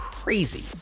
crazy